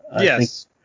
Yes